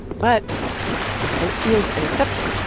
but there is an exception.